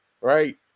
right